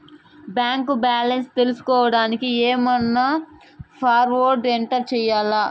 Bank balance తెలుసుకోవడానికి ఏమన్నా password enter చేయాలా?